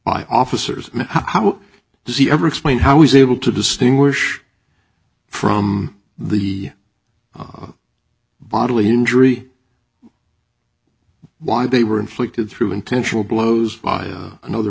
by officers how does he ever explain how he's able to distinguish from the bodily injury why they were inflicted through intentional blows by another